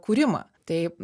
kūrimą taip